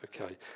Okay